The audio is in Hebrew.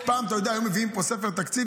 פעם היו מביאים ספר תקציב,